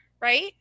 right